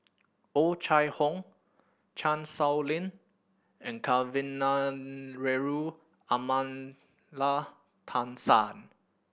Oh Chai Hoo Chan Sow Lin and Kavignareru Amallathasan